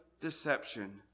deception